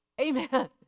Amen